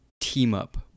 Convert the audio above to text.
team-up